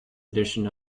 edition